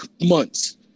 months